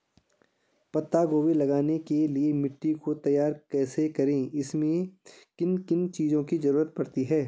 पत्ता गोभी लगाने के लिए मिट्टी को तैयार कैसे करें इसमें किन किन चीज़ों की जरूरत पड़ती है?